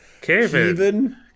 Kevin